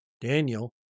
Daniel